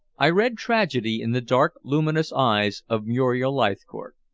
i read tragedy in the dark luminous eyes of muriel leithcourt.